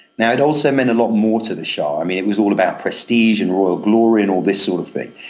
now, it also meant a lot more to the shah i mean, it was all about prestige and royal glory and all this sort of thing.